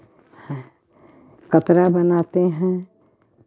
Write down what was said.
कपड़ा बनाते हैं